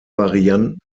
varianten